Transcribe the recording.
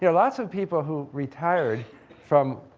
yeah lots of people who retired from,